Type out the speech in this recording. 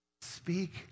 Speak